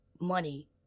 money